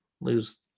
lose